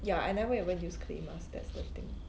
ya I never even use clay mask that's the thing